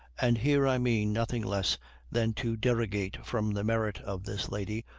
and here i mean nothing less than to derogate from the merit of this lady,